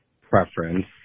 preference